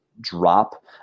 drop